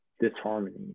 disharmony